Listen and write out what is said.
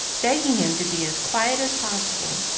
begging him to be as quiet as possible